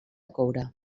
coure